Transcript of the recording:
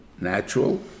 natural